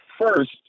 First